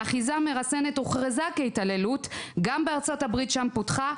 אחיזה מרסנת הוכרזה כהתעללות גם בארצות הברית שם פותחה,